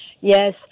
Yes